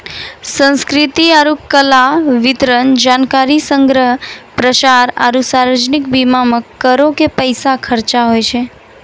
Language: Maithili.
संस्कृति आरु कला, वितरण, जानकारी संग्रह, प्रसार आरु सार्वजनिक बीमा मे करो के पैसा खर्चा होय छै